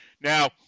Now